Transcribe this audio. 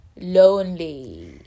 lonely